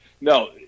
No